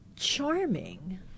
charming